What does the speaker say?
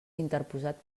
interposat